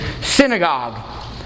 synagogue